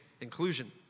inclusion